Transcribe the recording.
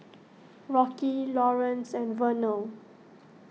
Rocky Laurance and Vernelle